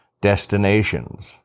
Destinations